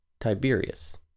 Tiberius